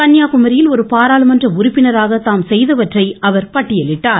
கன்னியாகுமரியில் ஒரு பாராளுமன்ற உறுப்பினராக தாம் செய்தவற்றை அவர் பட்டியலிட்டார்